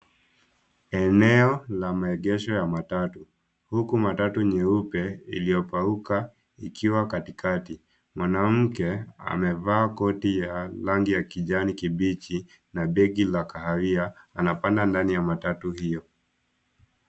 Eneo la maegesho ya matatu huku matatu nyeupe iliyokauka ikiwa katikati. Mwanamke amevaa koti ya rangi ya kijani kibichi na begi la kahawia anapanda ndani ya matatu hiyo.